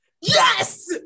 Yes